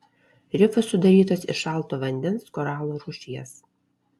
rifas sudarytas iš šalto vandens koralų rūšies